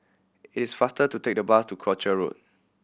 it is faster to take the bus to Croucher Road